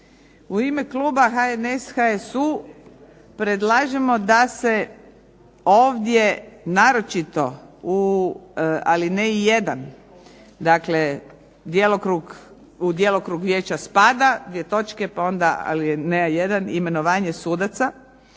U ime kluba HNS-a, HSU-a predlažemo da se naročito u alineji jedan, dakle u djelokrug vijeća spada: pa onda alineja jedan imenovanje sudaca,